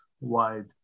wide